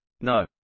No